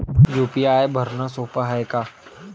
UPI भरनं सोप हाय का?